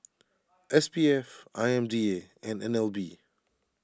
S P F I M D A and N L B